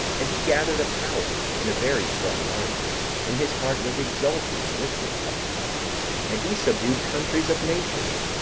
and he gathered a power, and a very strong army and his heart was exalted and lifted up and he subdued countries of nations,